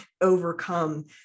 overcome